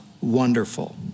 wonderful